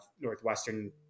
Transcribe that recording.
Northwestern